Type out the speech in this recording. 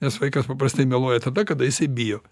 nes vaikas paprastai meluoja tada kada jisai bijo